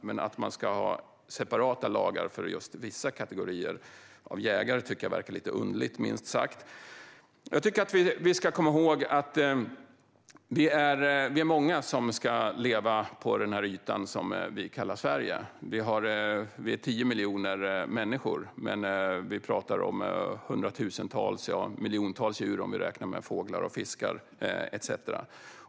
Men att ha separata lagar för vissa kategorier jägare verkar minst sagt lite underligt. Vi ska komma ihåg att vi är många som ska leva på den här ytan som vi kallar Sverige. Vi är 10 miljoner människor, men vi pratar om hundratusentals djur, miljontals om vi räknar med fåglar och fiskar etcetera.